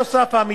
נוסף על כך,